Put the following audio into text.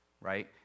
right